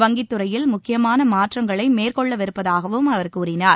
வங்கித் துறையில் முக்கியமான மாற்றங்களை மேற்கொள்ளவிருப்பதாகவும் அவர் கூறினார்